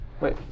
Wait